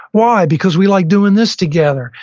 why? because we like doing this together.